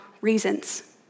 reasons